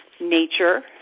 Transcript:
Nature